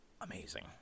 amazing